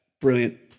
Brilliant